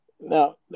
Now